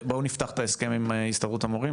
בואו נפתח את ההסכם עם הסתדרות המורים,